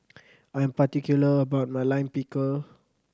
I am particular about my Lime Pickle